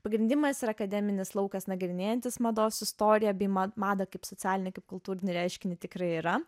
pagrindimas yra akademinis laukas nagrinėjantis mados istoriją bei mad madą kaip socialinį kaip kultūrinį reiškinį tikrai yra